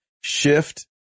shift